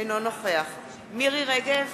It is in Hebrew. אינו נוכח מירי רגב,